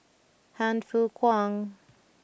Han Fook Kwang